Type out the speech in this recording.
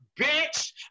bitch